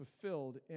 fulfilled